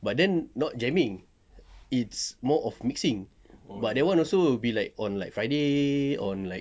but then not jamming it's more of mixing but that one also would be like on friday on like